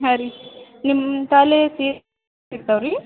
ಹಾಂ ರೀ ನಿಮ್ಮ ಸಿಗ್ತಾವ ರೀ